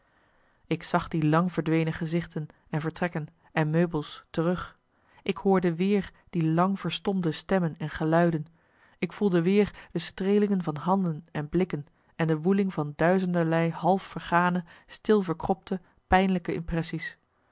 ik zag die lang verdwenen gezichten en vertrekken en meubels terug ik hoorde weer die lang verstomde stemmen en geluiden ik voelde weer de streelingen van handen en blikken en de woeling van duizenderlei half vergane stil verkropte pijnlijke